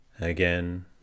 Again